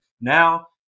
Now